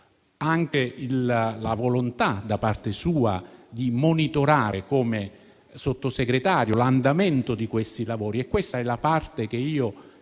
anche la volontà da parte sua di monitorare, come Sottosegretario, l'andamento di questi lavori; questa è la parte che